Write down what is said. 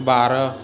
बारह